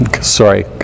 Sorry